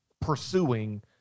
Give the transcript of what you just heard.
pursuing